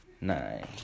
Nine